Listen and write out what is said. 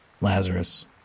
lazarus